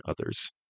others